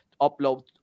upload